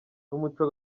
n’umuco